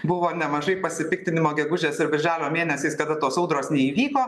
buvo nemažai pasipiktinimo gegužės ir birželio mėnesiais kada tos audros neįvyko